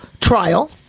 trial